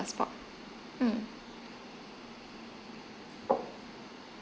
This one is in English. spot mm